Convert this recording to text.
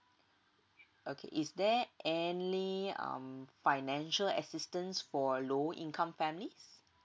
okay is there any um financial assistance for low income families